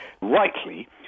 rightly